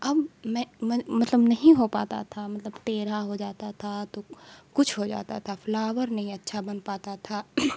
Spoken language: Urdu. اب میں مطلب نہیں ہو پاتا تھا مطلب ٹیڑھا ہو جاتا تھا تو کچھ ہو جاتا تھا فلاور نہیں اچھا بن پاتا تھا